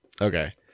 Okay